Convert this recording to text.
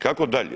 Kako dalje?